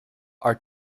are